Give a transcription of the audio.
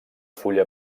fulla